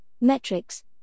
metrics